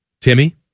Timmy